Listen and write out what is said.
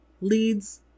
leads